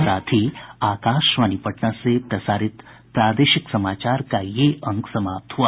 इसके साथ ही आकाशवाणी पटना से प्रसारित प्रादेशिक समाचार का ये अंक समाप्त हुआ